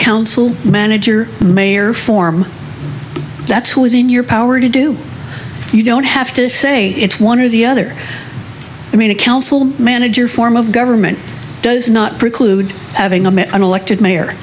council manager mayor form that's who is in your power to do you don't have to say it's one or the other i mean a council manager form of government does not preclude having a elected mayor